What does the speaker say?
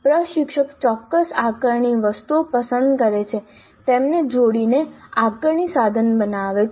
પ્રશિક્ષક ચોક્કસ આકારણી વસ્તુઓ પસંદ કરે છે તેમને જોડીને આકારણી સાધન બનાવે છે